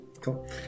cool